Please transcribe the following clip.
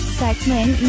segment